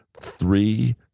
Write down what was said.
three